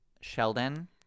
Sheldon